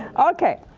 okay,